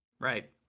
Right